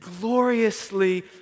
gloriously